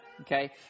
Okay